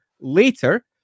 later